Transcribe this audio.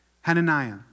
Hananiah